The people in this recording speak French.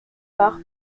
par